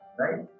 right